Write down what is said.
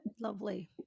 Lovely